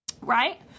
right